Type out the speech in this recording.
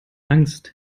angst